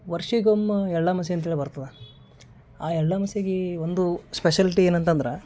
ವರ್ಷಗೊಮ್ಮ ಎಳ್ಳ್ಮಾಸಿ ಅಂತ್ಹೇಳಿ ಬರ್ತದ ಆ ಎಳ್ಳ್ ಅಮಾಸಿಗೆ ಒಂದು ಸ್ಪೆಶಲಿಟಿ ಏನಂತ ಅಂದ್ರೆ